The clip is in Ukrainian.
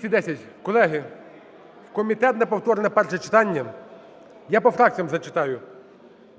За-210 Колеги, в комітет на повторне перше читання. Я по фракціям зачитаю.